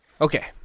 Okay